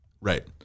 Right